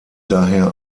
daher